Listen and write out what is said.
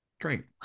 great